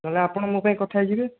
ନହେଲେ ଆପଣ ମୋ ପାଇଁ କଥା ହୋଇଯିବେ